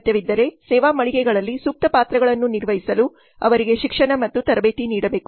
ಅಗತ್ಯವಿದ್ದರೆ ಸೇವಾ ಮಳಿಗೆಗಳಲ್ಲಿ ಸೂಕ್ತ ಪಾತ್ರಗಳನ್ನು ನಿರ್ವಹಿಸಲು ಅವರಿಗೆ ಶಿಕ್ಷಣ ಮತ್ತು ತರಬೇತಿ ನೀಡಬೇಕು